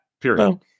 period